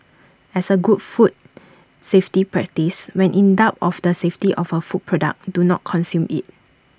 as A good food safety practice when in doubt of the safety of A food product do not consume IT